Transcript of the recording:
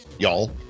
Y'all